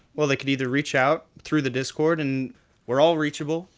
well, they can either reach out through the discord and we're all reachable.